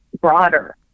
broader